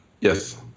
Yes